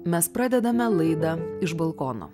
mes pradedame laidą iš balkono